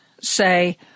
say